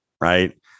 right